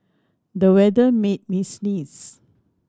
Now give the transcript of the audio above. the weather made me sneeze